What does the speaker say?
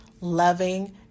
loving